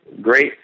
great